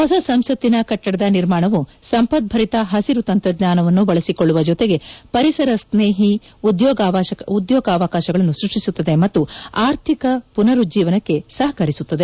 ಹೊಸ ಸಂಸತ್ತಿನ ಕಟ್ಟಡದ ನಿರ್ಮಾಣವು ಸಂಪದ್ಬರಿತ ದಕ್ಷ ಹಸಿರು ತಂತ್ರಜ್ಞಾನವನ್ನು ಬಳಸಿಕೊಳ್ಳುವ ಜತೆಗೆ ಪರಿಸರ ಸ್ನೇಹಿ ಉದ್ಯೋಗಾವಕಾಶಗಳನ್ನು ಸ್ಪಷ್ಟಿಸುತ್ತದೆ ಮತ್ತು ಆರ್ಥಿಕ ಪುನರುಜ್ಜೀವನಕ್ಕೆ ಸಹಕರಿಸುತ್ತದೆ